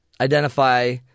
identify